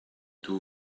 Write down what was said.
taux